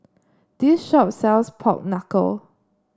this shop sells Pork Knuckle